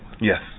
Yes